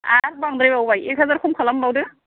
आरो बांद्रायबावबाय एक हाजार खम खालामबावदो